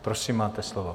Prosím, máte slovo.